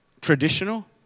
traditional